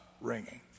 ringing